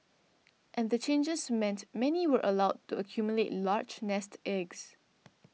and the changes meant many were allowed to accumulate large nest eggs